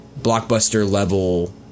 blockbuster-level